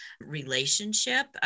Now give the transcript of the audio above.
relationship